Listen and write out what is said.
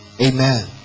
Amen